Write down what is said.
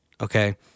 Okay